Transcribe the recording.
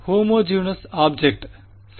homogeneous object சரியானது